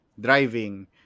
driving